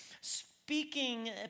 speaking